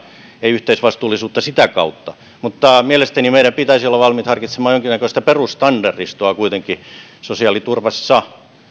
ei yhteisvastuullisuutta sitä kautta mutta mielestäni meidän pitäisi olla valmiit harkitsemaan kuitenkin jonkinnäköistä perusstandardistoa sosiaaliturvassa